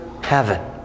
heaven